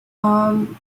umm